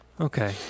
Okay